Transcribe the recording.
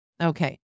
Okay